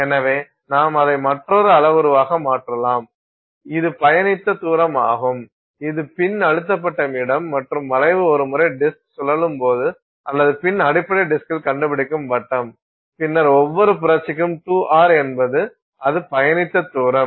எனவே நாம் அதை மற்றொரு அளவுருவாக மாற்றலாம் இது பயணித்த தூரம் ஆகும் இது பின் அழுத்தப்பட்ட இடம் மற்றும் வளைவு ஒருமுறை டிஸ்க் சுழலும் போது அல்லது பின் அடிப்படை டிஸ்க்கில் கண்டுபிடிக்கும் வட்டம் பின்னர் ஒவ்வொரு புரட்சிக்கும் 2 r என்பது அது பயணித்த தூரம்